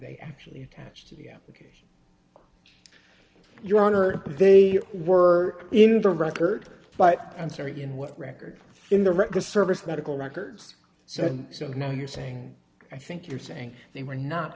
they actually attached to the application your honor they were in the record but i'm sorry and what records in the records service medical records so and so now you're saying i think you're saying they were not